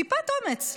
טיפת אומץ,